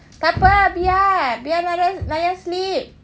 tak apa biar biar narya narya sleep